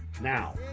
Now